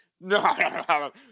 no